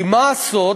כי מה הסוד?